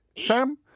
Sam